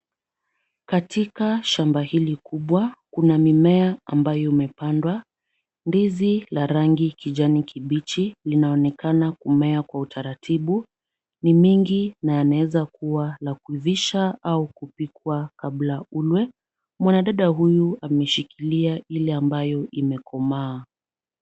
Katika shamba hili kubwa, kuna mimea ambayo umepandwa. Ndizi la rangi kijani kibichi linaonekana kumea kwa utaratibu. Ni mingi na yanaeza kuwa la kuivasha au kupikwa kabla ulwe . Mwanadada huyu ameshikilia ile ambayo imekomaa.